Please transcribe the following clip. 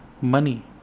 money